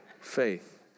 Faith